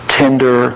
tender